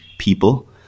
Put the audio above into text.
people